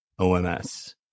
OMS